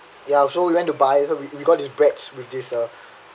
ya so we went to buy we got we got this breads with this uh